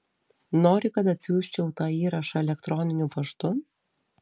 nori kad atsiųsčiau tą įrašą elektroniniu paštu